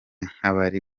nk’abari